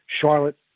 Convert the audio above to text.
Charlotte